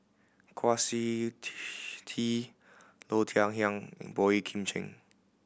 Kwa Siew Tee Low Thia Khiang and Boey Kim Cheng